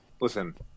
Listen